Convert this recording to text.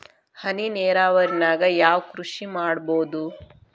ಹನಿ ನೇರಾವರಿ ನಾಗ್ ಯಾವ್ ಕೃಷಿ ಮಾಡ್ಬೋದು?